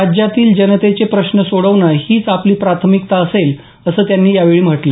राज्यातील जनतेचे प्रश्न सोडवणं हीच आपली प्राथमिकता असेल असं त्यांनी यावेळी म्हटलं